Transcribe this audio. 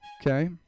okay